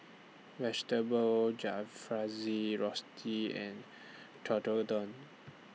Vegetable Jalfrezi Risotte and Tekkadon